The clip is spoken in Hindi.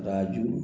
राजू